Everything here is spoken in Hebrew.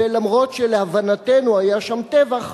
ואף שלהבנתנו היה שם טבח,